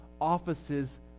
offices